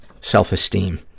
self-esteem